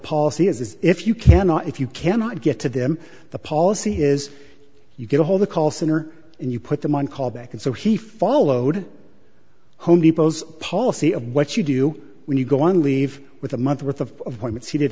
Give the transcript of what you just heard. policy is if you cannot if you cannot get to them the policy is you get a hold the call center and you put them on call back and so he followed home depot's policy of what you do when you go on leave with a month's worth of points he did